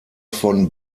von